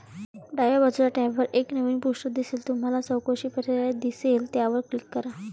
डाव्या बाजूच्या टॅबवर एक नवीन पृष्ठ दिसेल तुम्हाला चौकशी पर्याय दिसेल त्यावर क्लिक करा